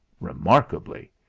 remarkably